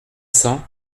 cents